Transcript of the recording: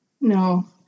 No